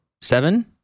Seven